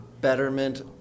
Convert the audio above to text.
betterment